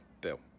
Bill